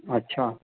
अच्छा